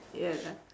ya kak